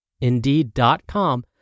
Indeed.com